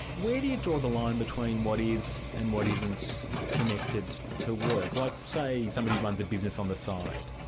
where do you draw the line between what is and what isn't connected to work? like say somebody runs a business on the side?